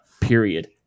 period